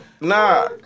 Nah